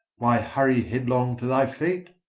why hurry headlong to thy fate,